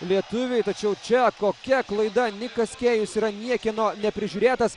lietuviai tačiau čia kokia klaida nikas kėjus yra niekieno neprižiūrėtas